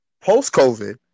post-COVID